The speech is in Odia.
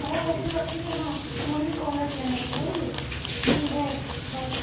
ହଉ ହଉ ତୁ ରଖିଦେ ହଁ ମୋର ବି କଲ୍ ଆସିଲାଣି ଗୋଟେ ରହିଲି ବାଏ ବାଏ